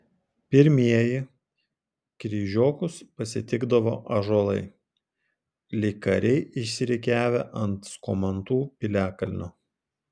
pirmieji kryžiokus pasitikdavo ąžuolai lyg kariai išsirikiavę ant skomantų piliakalnio